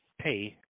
pay